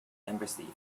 embassy